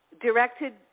directed